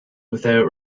without